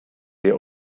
wir